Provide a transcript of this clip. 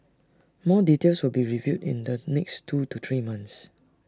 more details will be revealed in the next two to three months